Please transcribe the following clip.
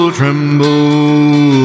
tremble